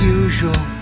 usual